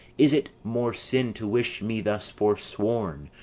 is it more sin to wish me thus forsworn,